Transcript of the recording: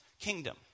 kingdom